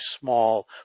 small